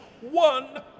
one